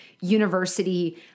University